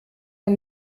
man